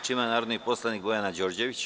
Reč ima narodni poslanik Bojana Đorđević.